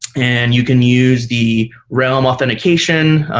and you can use the realm authentication.